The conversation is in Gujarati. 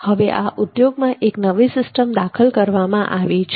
હવે આ ઉદ્યોગમાં એક નવી સિસ્ટમ દાખલ કરવામાં આવી છે